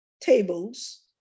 tables